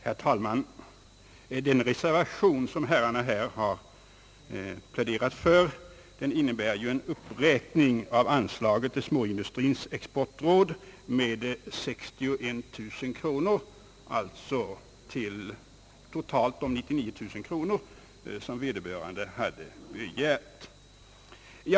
Herr talman! Den reservation som herrarna här pläderat för innebär en uppräkning av anslaget till småindustrins exportråd med 61000 kronor, alltså till totalt de 99000 kronor som vederbörande hade begärt.